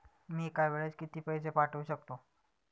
मी एका वेळेस किती पैसे पाठवू शकतो?